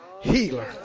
healer